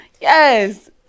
Yes